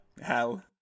hell